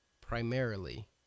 primarily